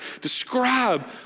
describe